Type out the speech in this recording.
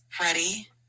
ready